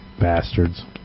bastards